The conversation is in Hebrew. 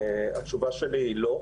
התשובה שלי היא לא: